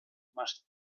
must